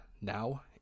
Now